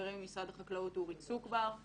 חברי ממשרד החקלאות אורי צוק-בר.